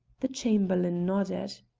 the chamberlain nodded.